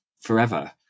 forever